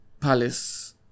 Palace